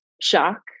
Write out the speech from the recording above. shock